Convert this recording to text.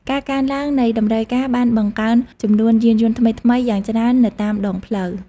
ការកើនឡើងនៃតម្រូវការបានបង្កើនចំនួនយានយន្តថ្មីៗយ៉ាងច្រើននៅតាមដងផ្លូវ។